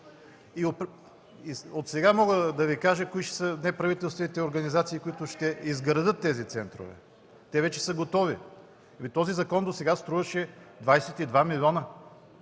Отсега мога да кажа кои ще са неправителствените организации, които ще изградят тези центрове. Те вече са готови. Досега законът струваше 22 милиона